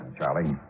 Charlie